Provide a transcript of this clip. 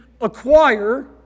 acquire